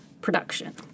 production